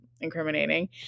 incriminating